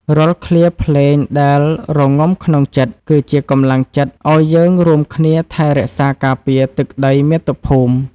រាល់ឃ្លាភ្លេងដែលរងំក្នុងចិត្ត គឺជាកម្លាំងចិត្តឱ្យយើងរួមគ្នាថែរក្សាការពារទឹកដីមាតុភូមិ។